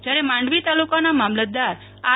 જયારે માંડવી તાલુકાના મામલતદાર આર